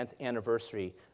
anniversary